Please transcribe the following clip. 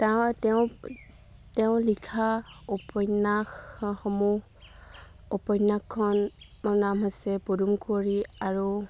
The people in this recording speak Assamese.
তেওঁ তেওঁ তেওঁ লিখা উপন্যাসসমূহ উপন্যাসখনৰ নাম হৈছে পদুম কুৱৰি আৰু